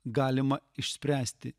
galima išspręsti